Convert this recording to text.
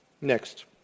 Next